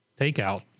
takeout